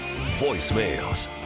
Voicemails